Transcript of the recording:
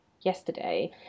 yesterday